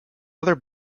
other